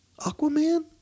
Aquaman